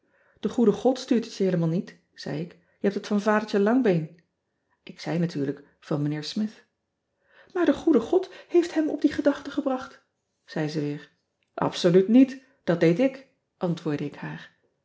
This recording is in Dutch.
e goede od stuurt het je heelemaal niet zei ik je hebt het van adertje angbeen ik zei natuurlijk van ijnheer mith aar de goede od heeft hem op die gedachte gebracht zei ze weer bsoluut niet dat deed ik antwoordde ik haar